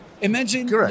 Imagine